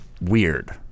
weird